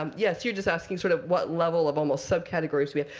um yes, you're just asking sort of what level of almost subcategories we have.